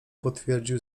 potwierdził